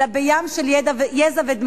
אלא בים של יזע ודמעות.